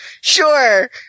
sure